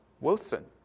Wilson